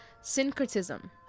syncretism